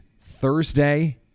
Thursday